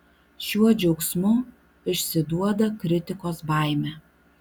šiuo džiaugsmu išsiduoda kritikos baimę